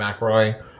mcroy